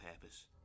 purpose